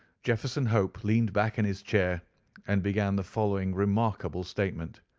jefferson hope leaned back in his chair and began the following remarkable statement.